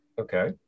Okay